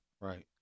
right